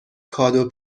کادو